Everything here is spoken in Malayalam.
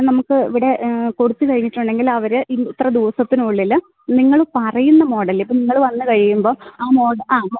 നമുക്ക് ഇവിടെ കൊടുത്ത് കഴിഞ്ഞിട്ടുണ്ടെങ്കിൽ അവർ ഇതിനെ ഇത്ര ദിവസത്തിനുള്ളിൽ നിങ്ങൾ പറയുന്ന മോഡൽ ഇപ്പം നിങ്ങൾ വന്ന് കഴിയുമ്പോൾ ആ ആ